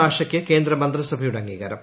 ആഷയ്ക്ക് കേന്ദ്രമന്ത്രിസഭയുടെ അംഗീകാരം